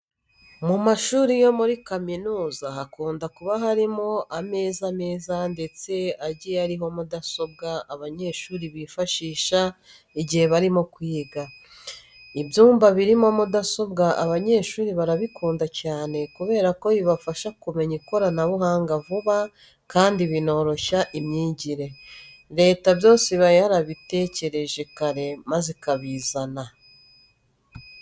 Mu mashuri yo muri kaminuza hakunda kuba harimo ameza meza ndetse agiye ariho mudasobwa abanyeshuri bifashisha igihe barimo kwiga. Ibyumba birimo mudasobwa abanyeshuri barabikunda cyane kubera ko bibafasha kumenya ikoranabuhanga vuba kandi binoroshya imyigire. Leta byose iba yarabitekereje kare maze ikabizana.